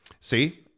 See